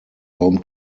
home